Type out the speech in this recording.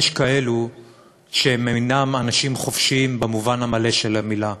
יש כאלה שאינם אנשים חופשיים במובן המלא של המילה,